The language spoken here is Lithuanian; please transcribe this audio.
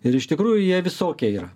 ir iš tikrųjų jie visokie yra